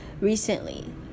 recently